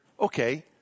okay